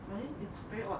but then it's very odd